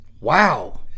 Wow